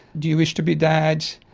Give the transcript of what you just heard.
do you wish to be dead,